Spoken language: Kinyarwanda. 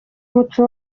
umuco